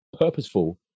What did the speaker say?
purposeful